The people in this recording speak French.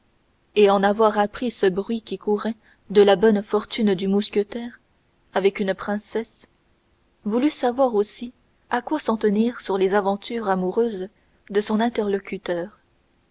et en avoir appris ce bruit qui courait de la bonne fortune du mousquetaire avec une princesse voulut savoir aussi à quoi s'en tenir sur les aventures amoureuses de son interlocuteur